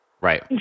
right